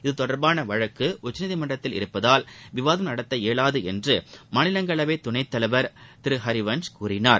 இது தொடர்பாள வழக்கு உச்சநீதிமன்றத்தில் உள்ளதால் விவாதம் நடத்த இயவாது என்று மாநிலங்களவை துணைத்தலைவர் திரு ஹரிவன்ஸ் கூறினார்